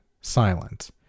silent